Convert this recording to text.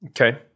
Okay